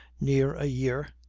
near a year,